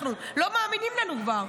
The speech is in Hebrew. אנחנו, לא מאמינים לנו כבר.